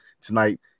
tonight